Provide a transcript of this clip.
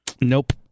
Nope